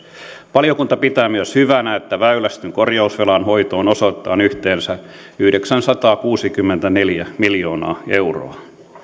valiokunta pitää myös hyvänä että väylästön korjausvelan hoitoon osoitetaan yhteensä yhdeksänsataakuusikymmentäneljä miljoonaa euroa